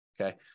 okay